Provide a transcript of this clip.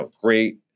great